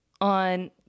on